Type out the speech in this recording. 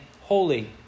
holy